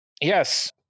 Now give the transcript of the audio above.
yes